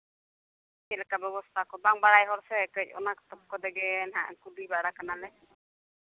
ᱪᱮᱫ ᱞᱮᱠᱟ ᱵᱮᱵᱚᱥᱛᱷᱟ ᱵᱟᱝ ᱵᱟᱲᱟᱭ ᱦᱚᱲ ᱥᱮ ᱠᱟᱹᱡ ᱚᱱᱟ ᱠᱚ ᱛᱮᱜᱮ ᱦᱟᱸᱜ ᱠᱩᱞᱤ ᱵᱟᱲᱟ ᱠᱟᱱᱟᱞᱮ